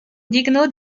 digno